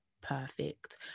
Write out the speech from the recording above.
perfect